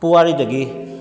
ꯄꯨꯋꯥꯔꯤꯗꯒꯤ